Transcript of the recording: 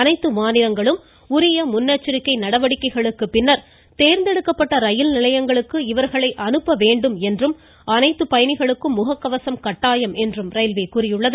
அனைத்து மாநிலங்களும் உரிய முன்னெச்சரிக்கை நடவடிக்கைகளுக்கு பின்னர் தோ்ந்தெடுக்கப்பட்ட ரயில் நிலையங்களுக்கு இவர்களை அனுப்ப வேண்டும் என்றும் அனைத்து பயணிகளுக்கும் முகக்கவம் கட்டாயம் தேவை என்றும் ரயில் கூறியுள்ளது